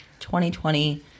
2020